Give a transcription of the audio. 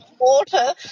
water